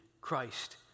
Christ